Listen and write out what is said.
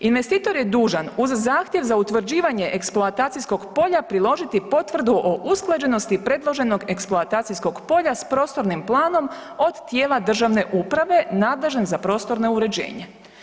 Investitor je dužan uz zahtjev za eksploatacijskog polja priložiti potvrdu o usklađenosti predloženog eksploatacijskog polja sa prostornim planom od tijela državne uprave nadležne za prostorno uređenje.